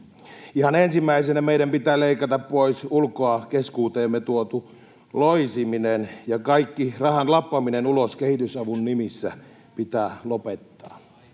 Ihan ensimmäisenä meidän pitää leikata pois ulkoa keskuuteemme tuotu loisiminen, ja kaikki rahan lappaminen ulos kehitysavun nimissä pitää lopettaa.